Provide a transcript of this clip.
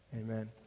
Amen